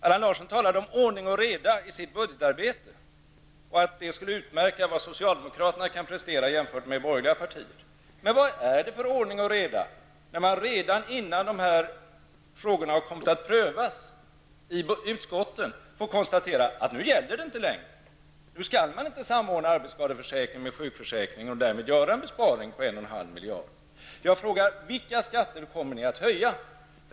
Allan Larsson talar om ordning och reda i sitt budgetarbete och att det skulle utmärka socialdemokraterna gentemot borgerliga partier. Vad är det för ordning och reda om man innan dessa frågor kommit att prövas i utskotten får konstatera att nu gäller förslagen inte längre? Nu skall man inte samordna arbetsskadeförsäkringen med sjukförsäkringen och därmed göra en besparing på en och en halv miljard. Jag frågar: Vilka skatter kommer ni att höja?